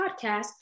podcast